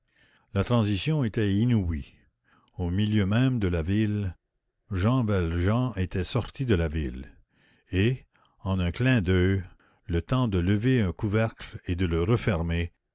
la transition était inouïe au milieu même de la ville jean valjean était sorti de la ville et en un clin d'oeil le temps de lever un couvercle et de le refermer